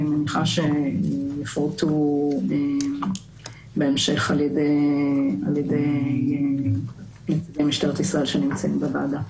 אני מניחה שיפורטו בהמשך על ידי משטרת ישראל שנמצאת בוועדה.